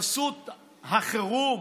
בחסות החירום